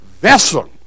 vessel